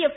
F